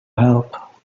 help